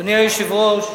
אדוני היושב-ראש,